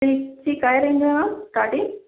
सिल्कची काय रेंज आहे ma'am starting